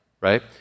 right